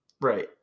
Right